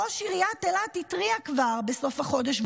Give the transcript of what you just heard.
ראש עיריית אילת התריע כבר בסוף החודש,